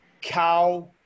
cow